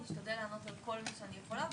אשתדל לענות על כול מה שאני יכולה,